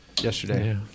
Yesterday